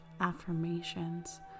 affirmations